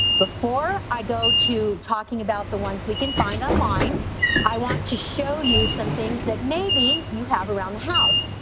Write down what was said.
before i go to talking about the ones we can find online i want to show you some things that maybe you have around the house.